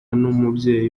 n’umubyeyi